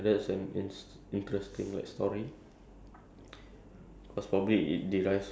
so ya the fact that they came out with like to bake the dough and put all that